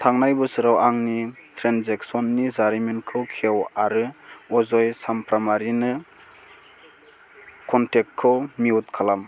थांनाय बोसोराव आंनि ट्रेन्जेकसननि जारिमिनखौ खेव आरो अजय चामफ्रामारिनो कनटेक्टखौ मिउट खालाम